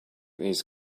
these